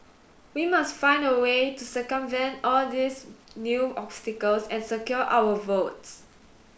we must find a way to circumvent all these new obstacles and secure our votes